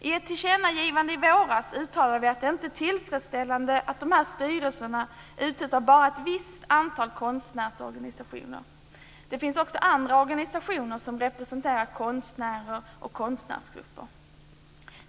I ett tillkännagivande i våras uttalade vi att det inte är tillfredsställande att de här styrelserna utses av bara ett visst antal konstnärsorganisationer. Det finns också andra organisationer som representerar konstnärer och konstnärsgrupper.